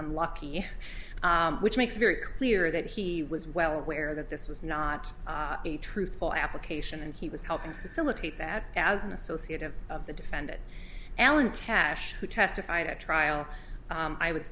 unlucky which makes very clear that he was well aware that this was not a truthful application and he was helping facilitate that as an associate of of the defendant allan tash who testified at trial i would